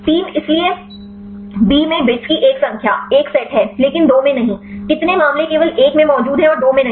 3 इसलिए बी में बिट्स की एक संख्या 1 सेट है लेकिन 2 में नहीं कितने मामले केवल 1 में मौजूद हैं और 2 में नहीं